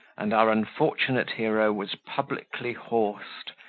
and our unfortunate hero was publicly horsed,